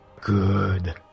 Good